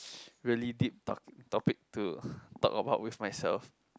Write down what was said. really deep top~ topic to talk about with myself